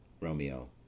Romeo